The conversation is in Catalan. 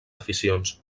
aficions